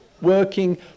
working